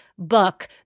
book